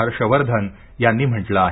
हर्ष वर्धन यांनी म्हटलं आहे